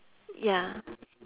ya